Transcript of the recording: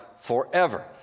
forever